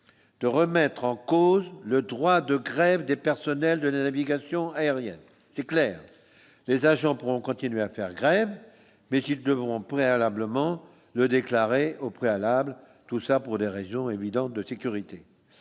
de remettre en cause le droit de grève des personnels de la navigation aérienne, c'est clair, les agents pourront continuer à faire grève, mais qu'ils devront préalablement le déclarer au préalable, tout ça pour des raisons évidentes de sécurité,